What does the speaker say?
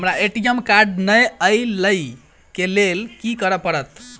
हमरा ATM card नै अई लई केँ लेल की करऽ पड़त?